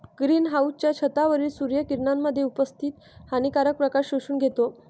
green हाउसच्या छतावरील सूर्य किरणांमध्ये उपस्थित हानिकारक प्रकाश शोषून घेतो